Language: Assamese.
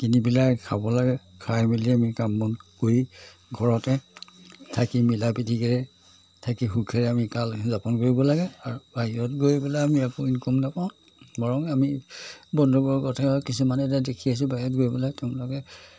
কিনি পেলাই খাব লাগে খাই মেলি আমি কাম বন কৰি ঘৰতে থাকি মিলা পিটিকেৰে থাকি সুখেৰে আমি কাল যাপন কৰিব লাগে আৰু বাহিৰত গৈ পেলাই আমি আকৌ ইনকম নাপাওঁ বৰং আমি বন্ধুবৰ্গ কিছুমান এতিয়া দেখি আছোঁ বাহিৰত গৈ পেলাই তেওঁবিলাকে